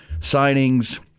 signings